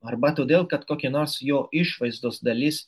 arba todėl kad kokia nors jo išvaizdos dalis